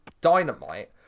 dynamite